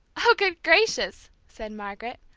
oh, good gracious! said margaret,